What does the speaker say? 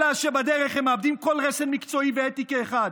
אלא שבדרך הם מאבדים כל רסן מקצועי ואתי כאחד.